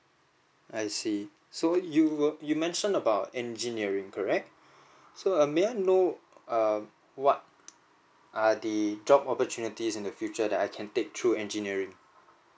I see so you you mention about engineering correct so err may I know err what are the job opportunities in the future that I can take through engineering